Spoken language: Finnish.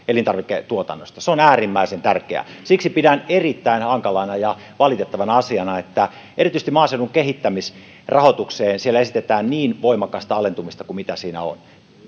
elintarviketuotannosta se on äärimmäisen tärkeää siksi pidän erittäin hankalana ja valitettavana asiana että erityisesti maaseudun kehittämisrahoitukseen siellä esitetään niin voimakasta alentumista kuin mitä siinä on